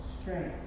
strength